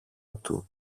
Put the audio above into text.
του